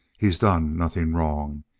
he's done nothing wrong.